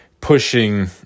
pushing